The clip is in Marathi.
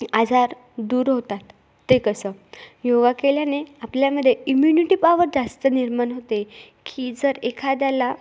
आजार दूर होतात ते कसं योगा केल्याने आपल्यामध्ये इम्युनिटी पावर जास्त निर्माण होते की जर एखाद्याला